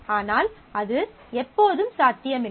ஆனால் அது எப்போதும் சாத்தியமில்லை